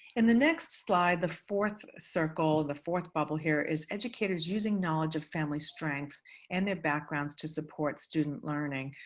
and the next slide, the fourth circle, the fourth bubble here is educators using knowledge of family strength and their backgrounds to support student learning.